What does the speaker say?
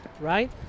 right